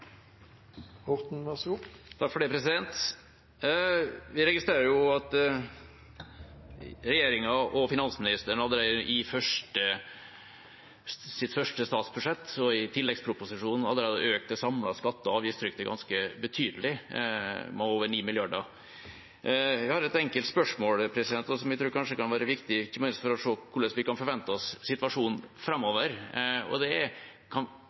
statsbudsjett, i tilleggsproposisjonen, har økt det samlede skatte- og avgiftstrykket ganske betydelig, med over 9 mrd. kr. Jeg har et enkelt spørsmål, som jeg tror kan være viktig – ikke minst for å se hva slags situasjon vi kan forvente oss framover: Hvor store skatteøkninger kan